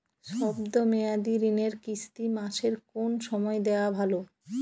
শব্দ মেয়াদি ঋণের কিস্তি মাসের কোন সময় দেওয়া ভালো?